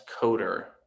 coder